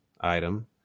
item